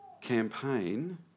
campaign